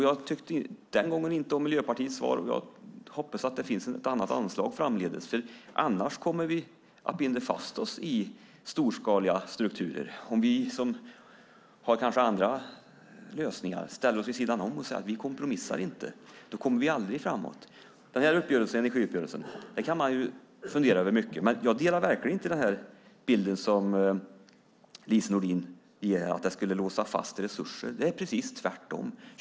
Jag tyckte den gången inte om Miljöpartiets svar, och jag hoppas att det finns ett annat anslag framdeles, för annars kommer vi att binda fast oss i storskaliga strukturer. Om vi som kanske har andra lösningar ställer oss vid sidan om och säger "Vi kompromissar inte", då kommer vi aldrig framåt. Man kan fundera mycket över energiuppgörelsen. Men jag delar verkligen inte den bild som Lise Nordin ger av att det skulle låsa fast resurser, utan det är precis tvärtom.